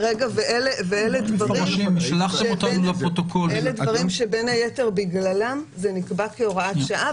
------ ואלה דברים שבין היתר בגללם זה נקבע כהוראת שעה,